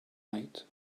right